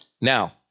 now